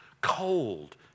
cold